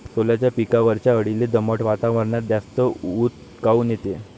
सोल्याच्या पिकावरच्या अळीले दमट वातावरनात जास्त ऊत काऊन येते?